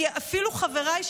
אפילו חבריי,